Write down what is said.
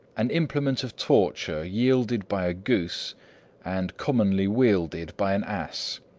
an implement of torture yielded by a goose and commonly wielded by an ass.